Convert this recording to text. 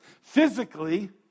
Physically